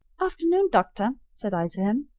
afternoon, doctor, said i to him.